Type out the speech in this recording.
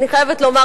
אני חייבת לומר,